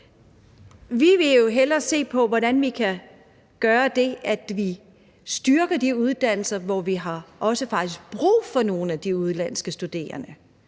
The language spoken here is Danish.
Vi vil jo hellere se på, hvordan vi kan gøre det, at vi styrker de uddannelser, hvor vi faktisk også har brug for nogle af de udenlandske studerende,